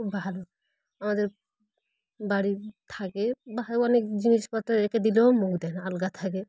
খুব ভালো আমাদের বাড়ি থাকে বা অনেক জিনিসপত্র রেখে দিলেও মুখ দেয় না আলগা থাকে